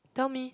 tell me